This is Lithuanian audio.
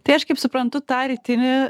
tai aš kaip suprantu tą rytinį